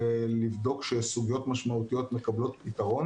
לבדוק שסוגיות משמעותיות מקבלות פתרון